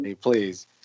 please